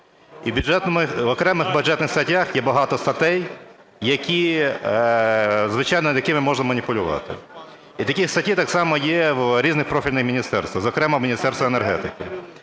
і в окремих бюджетних статтях є багато статей, якими, звичайно, можна маніпулювати. І такі статті так само є в різних профільних міністерствах, зокрема у Міністерства енергетики.